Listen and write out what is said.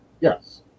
Yes